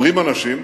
אומרים אנשים: